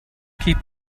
keep